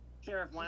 Sheriff